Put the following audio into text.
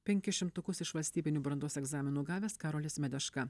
penkis šimtukus iš valstybinių brandos egzaminų gavęs karolis medeška